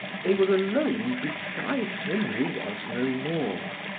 they were alone beside him who was no more.